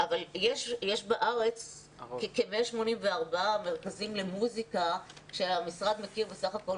יש בארץ כ-184 מרכזים למוסיקה שהמשרד מכיר בסך הכל